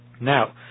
Now